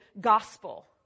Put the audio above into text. gospel